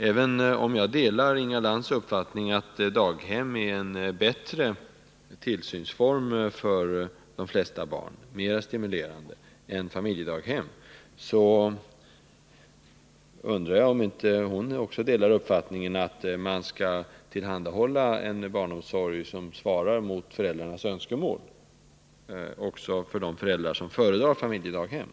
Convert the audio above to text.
Även om jag delar Inga Lantz uppfattning att daghem är en bättre och mera stimulerande tillsynsform för de flesta barn än familjedaghem, undrar jag om inte Inga Lantz delar den uppfattningen att man också skall tillhandahålla en barnomsorg som svarar mot önskemålen hos de föräldrar som föredrar familjedaghem.